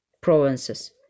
provinces